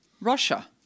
Russia